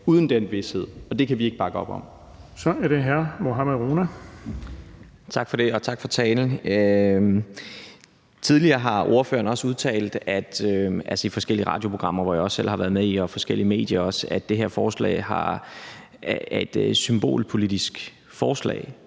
er det hr. Mohammad Rona. Kl. 11:55 Mohammad Rona (M): Tak for det, og tak for talen. Tidligere har ordføreren udtalt – altså i forskellige radioprogrammer, som jeg også selv har været med i, og også i forskellige medier – at det her forslag er et symbolpolitisk forslag.